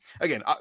again